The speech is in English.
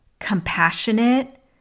compassionate